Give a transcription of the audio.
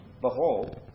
Behold